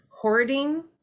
hoarding